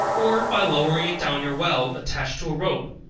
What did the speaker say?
or by lowering it down your well, attached to a rope,